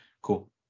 cool